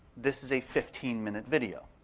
this is a fifteen minute video.